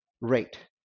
rate